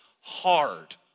hard